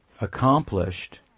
accomplished